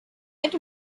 hit